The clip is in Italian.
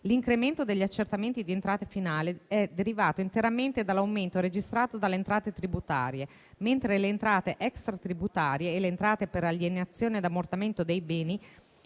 L'incremento degli accertamenti di entrate finali è derivato interamente dall'aumento registrato dalle entrate tributarie, mentre le entrate extratributarie e le entrate per alienazione e ammortamento dei beni